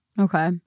Okay